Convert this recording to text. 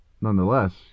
nonetheless